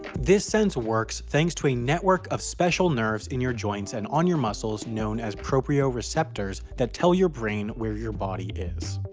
this sense works thanks to a network of special nerves in your joints and on your muscles known as proprioreceptors that tell your brain where your body is.